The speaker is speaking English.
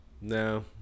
No